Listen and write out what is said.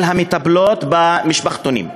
של המטפלות במשפחתונים.